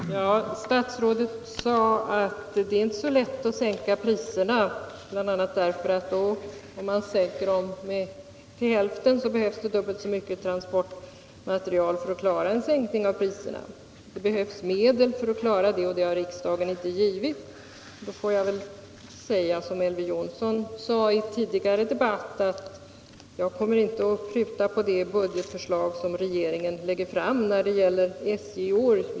Herr talman! Statsrådet sade att det inte är så lätt att sänka priserna, bl.a. därför att om man sänker priserna till hälften behövs dubbelt så mycket transportmaterial för att klara den prissänkningen. Det behövs medel för att klara det, och det har riksdagen inte givit. Då får jag väl säga som Elver Jonsson i en tidigare debatt, att jag kommer inte att pruta på det budgetförslag som regeringen lägger fram i år.